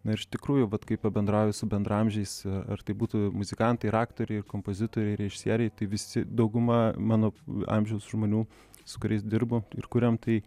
na ir iš tikrųjų vat kaip pabendrauji su bendraamžiais ar tai būtų muzikantai ar aktoriai kompozitoriai režisieriai tai visi dauguma mano amžiaus žmonių su kuriais dirbu ir kuriem tai